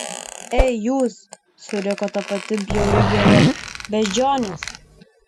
ei jūs suriko ta pati bjauri gėlė beždžionės